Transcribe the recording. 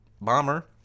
Bomber